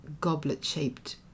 goblet-shaped